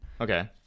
Okay